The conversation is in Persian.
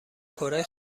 کره